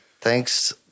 Thanks